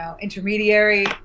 intermediary